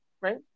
right